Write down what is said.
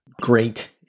great